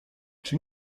czy